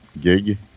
Gig